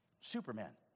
Superman